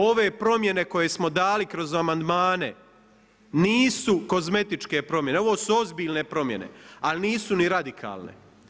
Ove promjene koje smo dali kroz amandmane, nisu kozmetičke promjene, ovo su ozbiljne promjene ali nisu ni radikalne.